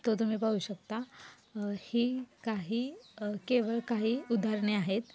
तो तुम्ही पाहू शकता ही काही केवळ काही उदाहरणे आहेत